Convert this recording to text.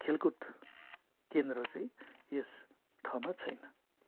खेलकुद केन्द्र चाहिँ यस ठाउँमा छैन्